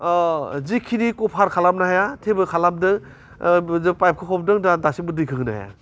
जिखिनि कभार खालामनो हाया थेबो खालामदों जों फायेफखौ हमदों दासिमबो दैखौ होनो हाया